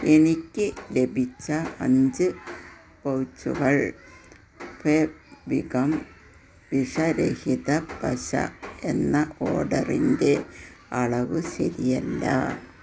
എനിക്ക് ലഭിച്ച അഞ്ച് പൗച്ചുകൾ ഫെവി ഗം വിഷരഹിത പശ എന്ന ഓർഡറിന്റെ അളവ് ശരിയല്ല